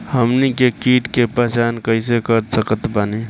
हमनी के कीट के पहचान कइसे कर सकत बानी?